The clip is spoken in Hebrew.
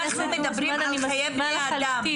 אנחנו מדברים על חיי בני אדם.